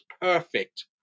perfect